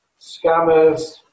scammers